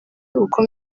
uko